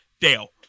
Dale